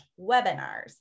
webinars